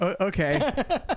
okay